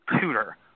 tutor